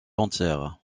entière